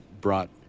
brought